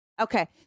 Okay